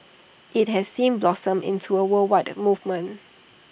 IT has since blossomed into A worldwide movement